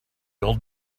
old